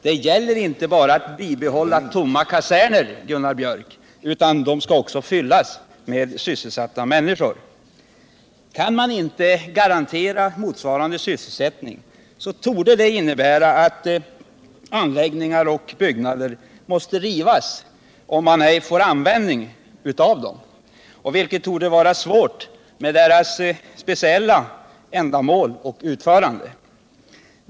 Det gäller inte bara att bibehålla tomma kaserner, Gunnar Björk — de skall också fyllas med sysselsatta människor, Kan man inte garantera motsvarande sysselsättning torde det innebära att anläggningar och byggnader måste rivas, om man inte får användning för dem, vilket torde vara svårt eftersom de är avsedda för ett så speciellt ändamål.